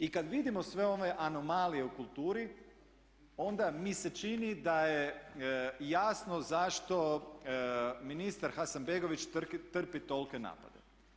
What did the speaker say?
I kad vidimo sve ove anomalije u kulturi onda mi se čini da je jasno zašto ministar Hasanbegović trpi tolike napade.